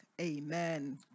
Amen